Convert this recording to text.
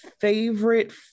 favorite